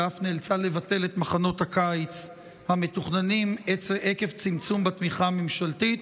ואף נאלצה לבטל את מחנות הקיץ המתוכננים עקב צמצום בתמיכה הממשלתית.